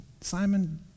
Simon